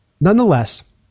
Nonetheless